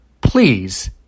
Please